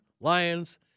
Lions